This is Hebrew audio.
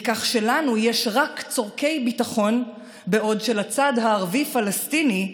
מכך שלנו יש רק צורכי ביטחון בעוד לצד הערבי-פלסטיני,